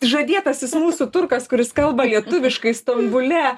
žadėtasis mūsų turkas kuris kalba lietuviškai stambule